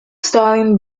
starling